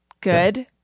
Good